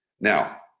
Now